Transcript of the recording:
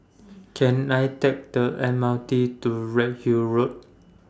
Can I Take The M R T to Redhill Road